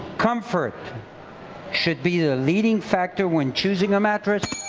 comfort should be the leading factor when choosing a mattress